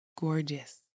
gorgeous